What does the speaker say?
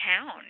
town